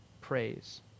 praise